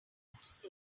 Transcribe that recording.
used